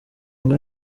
ngo